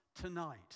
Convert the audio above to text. tonight